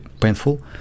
painful